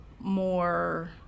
more